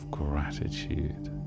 gratitude